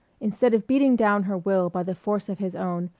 instead of beating down her will by the force of his own,